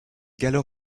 gallo